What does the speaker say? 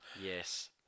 Yes